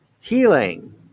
healing